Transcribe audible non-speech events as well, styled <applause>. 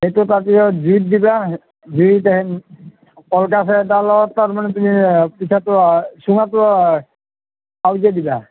সেইটো তাৰপিছত জুইত দিবা জুইত <unintelligible> তাৰ মানে তুমি পিঠাটো চুঙাটো আওজাই দিবা